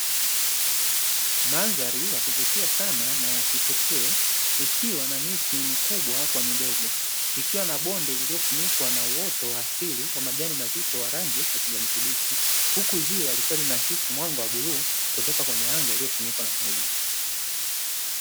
Mandhari ya kuvutia sana na ya kipekee, ikiwa na miti mikubwa kwa midogo, ikiwa na bonde lililofunikwa na uoto wa asili wa majani mazito na rangi ya kijani kibichi, huku ziwa lilikuwa linaakisi mwanga wa bluu kutoka kwenye anga iliyofunikwa na mawingu.